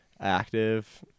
active